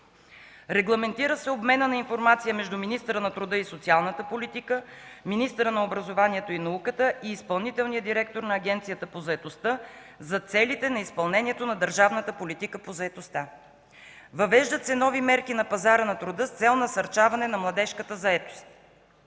Регламентира се обменът на информация между министъра на труда и социалната политика, министъра на образованието и науката и изпълнителния директор на Агенцията по заетостта за целите на изпълнението на държавната политика по заетостта. Въвеждат се нови мерки на пазара на труда с цел насърчаване на младежката заетост.